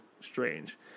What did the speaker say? strange